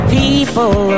people